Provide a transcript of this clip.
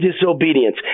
disobedience